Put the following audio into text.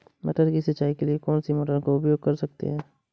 मटर की सिंचाई के लिए कौन सी मोटर का उपयोग कर सकते हैं?